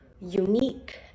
unique